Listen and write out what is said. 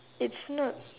it's not